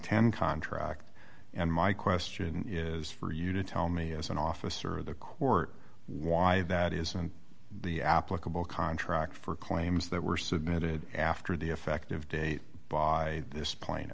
ten contract and my question is for you to tell me as an officer of the court why that is and the applicable contract for claims that were submitted after the effective date by this p